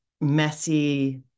messy